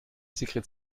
sigrid